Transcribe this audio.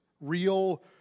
Real